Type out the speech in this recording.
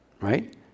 right